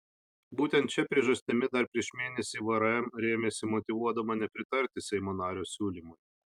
būtent šia priežastimi dar prieš mėnesį vrm rėmėsi motyvuodama nepritarti seimo nario siūlymui